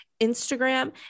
Instagram